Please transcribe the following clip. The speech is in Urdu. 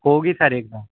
ہوگی سر